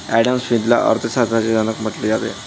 Adam स्मिथला अर्थ शास्त्राचा जनक म्हटले जाते